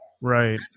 Right